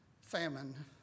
famine